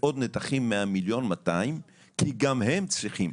ויותר, עוד נתחים מה- 1,200,000 כי גם הם צריכים,